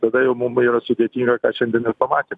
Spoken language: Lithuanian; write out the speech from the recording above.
tada jau mum yra sudėtinga ką šiandien ir pamatėm